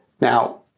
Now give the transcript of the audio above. Now